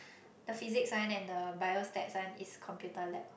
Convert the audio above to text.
the physics one and the bio stats one is computer lab